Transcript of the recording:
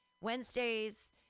Wednesdays